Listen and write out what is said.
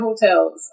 hotels